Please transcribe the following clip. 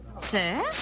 Sir